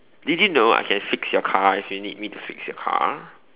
did you know I can fix your car if you need me to fix your car